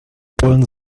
bullen